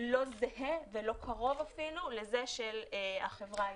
לא זהה ולא קרוב אפילו לזה של החברה היהודית.